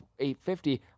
850